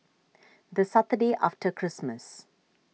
the Saturday after Christmas